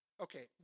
Okay